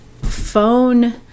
phone